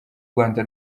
rwanda